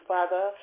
Father